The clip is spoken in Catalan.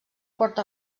porta